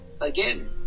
again